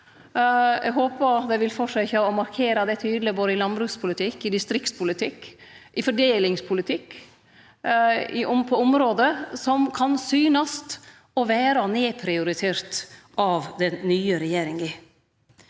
Eg håpar dei vil halde fram med å markere det tydeleg både i landbrukspolitikken, i distriktspolitikken og i fordelingspolitikken – område som kan synast å vere nedprioriterte av den nye regjeringa.